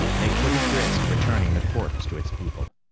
they couldn't risk returning the corpse to its people.